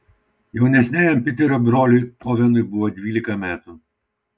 jaunesniajam piterio broliui ovenui buvo dvylika metų